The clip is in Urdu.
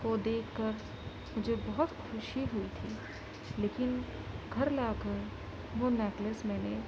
کو دیکھ کر مجھے بہت خوشی ہوئی تھی لیکن گھر لاکر وہ نیکلس میں نے